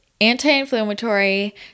anti-inflammatory